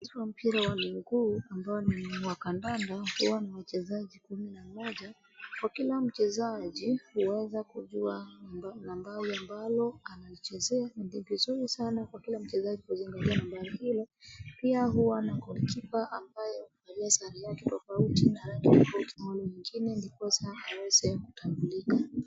Mchezo wa mpira wa miguu, ambao ni wa kandanda huwa na wachezaji kumi na mmoja. Kwa kila mchezaji, huweza kujua nambari ambalo analichezea. Na ni vizuri sana kwa kila mchezaji kuzingatia nambari hilo. Pia huwa na goal keeper ambaye huvalia sare yake tofauti na wale wengine ndiposa aweze kutambulika.